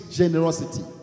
generosity